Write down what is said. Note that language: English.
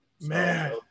man